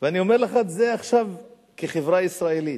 ואני אומר לך את זה עכשיו כחברה ישראלית: